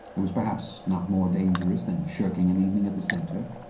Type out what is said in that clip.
it was perhaps not more dangerous than shirking an evening at the centre.